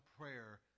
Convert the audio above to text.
prayer